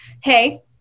hey